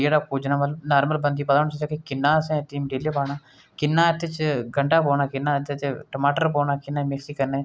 ते ओह् आक्खदी मीराबाई की गिरधर गोपाल धीर बधांदे न पर कोई कुसै दा धीर निं बधांदा अपनी धीर आपूं बधाना पौंदी ऐ